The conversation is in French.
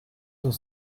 cent